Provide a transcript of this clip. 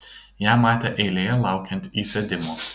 ją matė eilėje laukiant įsėdimo